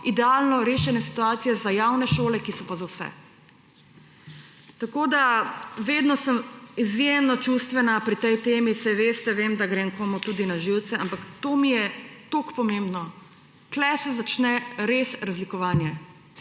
idealno rešene situacije za javne šole, ki so pa za vse. Vedno sem izjemno čustvena pri tej temi. Saj veste, vem, da grem komu tudi na živce, ampak to mi ja toliko pomembno. Tukaj se začne res razlikovanje.